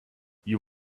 you